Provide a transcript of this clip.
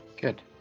Good